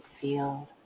field